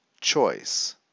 choice